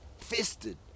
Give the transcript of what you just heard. fisted